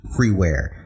freeware